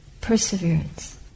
perseverance